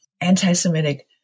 anti-Semitic